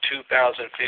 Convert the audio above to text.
2015